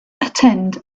attend